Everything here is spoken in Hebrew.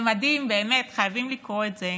זה מדהים, באמת, חייבים לקרוא את זה.